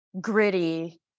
gritty